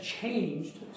changed